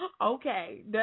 Okay